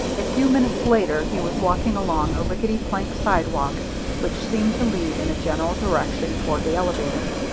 a few minutes later he was walking along a rickety plank sidewalk which seemed to lead in a general direction toward the elevator.